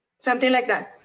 something like that.